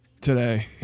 today